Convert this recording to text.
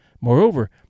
Moreover